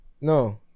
No